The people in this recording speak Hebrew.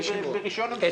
ברישיון.